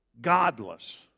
godless